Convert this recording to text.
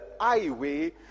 highway